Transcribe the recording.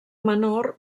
menor